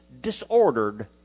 disordered